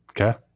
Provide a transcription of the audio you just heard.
Okay